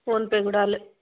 PhonePe కూడా